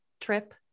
trip